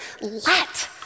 let